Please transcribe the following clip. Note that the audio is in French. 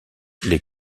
les